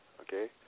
Okay